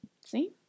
See